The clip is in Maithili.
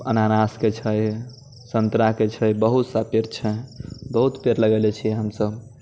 अनानासके छै सन्तराके छै बहुत सा पेड़ छै बहुत पेड़ लेगेने छियै हमसब